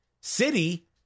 City